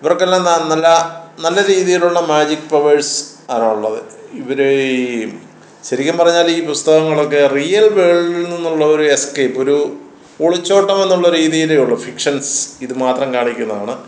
ഇവർക്കെല്ലാം ന നല്ല നല്ല രീതിയിലുള്ള മാജിക് പവേഴ്സ് ആണുള്ളത് ഇവരെ ഈ ശരിക്കും പറഞ്ഞാൽ ഈ പുസ്തകങ്ങളൊക്കെ റിയൽ വേൾഡിൽ നിന്നുള്ള ഒരു എസ്കേപ്പ് ഒരു ഒളിച്ചോട്ടം ഏന്നുള്ള രീതിയിലെ ഉള്ളൂ ഫ്രിക്ഷൻസ് ഇതു മാത്രം കാണിക്കുന്നതാണ്